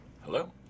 Hello